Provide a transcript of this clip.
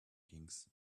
kings